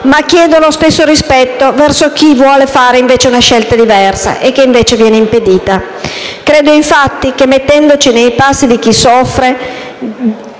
ma chiedo lo stesso rispetto verso chi vuole fare una scelta diversa, a cui viene impedita. Credo che, mettendoci nei panni di chi soffre,